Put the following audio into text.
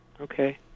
Okay